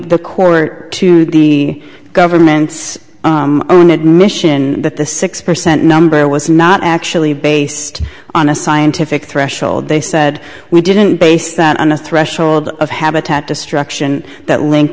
the court to the government's own admission that the six percent number was not actually based on a scientific threshold they said we didn't base that on a threshold of habitat destruction that link